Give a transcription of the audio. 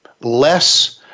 less